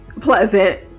pleasant